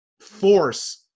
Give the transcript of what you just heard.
force